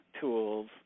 tools